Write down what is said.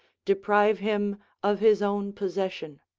deprive him of his own possession.